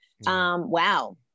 Wow